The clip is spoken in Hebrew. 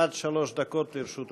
עד שלוש דקות לרשות אדוני.